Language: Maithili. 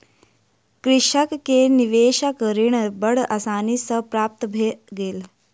कृषक के निवेशक ऋण बड़ आसानी सॅ प्राप्त भ गेल